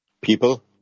People